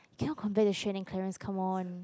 you cannot compare to Sean and Clarence come on